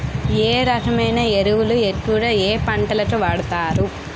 ఏ రకమైన ఎరువులు ఎక్కువుగా ఏ పంటలకు వాడతారు?